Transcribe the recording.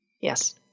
yes